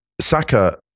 Saka